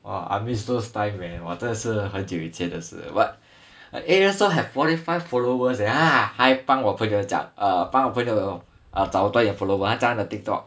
!wah! I miss those times leh !wah! 真的是很久以前的事 but at eight years old have forty five followers eh ah 还帮我朋友讲 err 帮我朋友找多一点 follower 在他的 TikTok